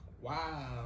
Wow